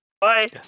Bye